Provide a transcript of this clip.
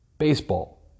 Baseball